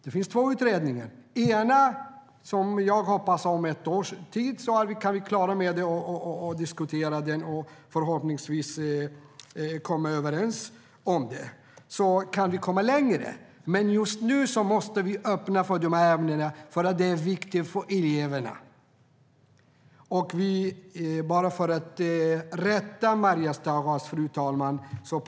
Det finns två utredningar. Den ena hoppas jag är klar om ett år, och då kan vi diskutera den och förhoppningsvis komma överens. Då kan vi komma längre. Men just nu måste vi öppna för dessa ämnen för att det är viktigt för eleverna. Fru talman! Låt mig rätta Maria Stockhaus.